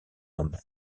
homme